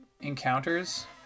encounters